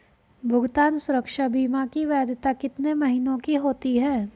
भुगतान सुरक्षा बीमा की वैधता कितने महीनों की होती है?